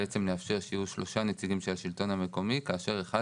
בעצם לאפשר שיהיו שלושה נציגים של השלטון המקומי כאשר אחד